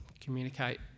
communicate